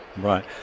Right